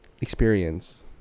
experience